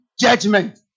judgment